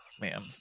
man